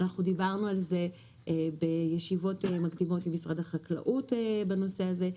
דיברנו על זה בישיבות מקדימות עם משרד החקלאות בנושא הזה.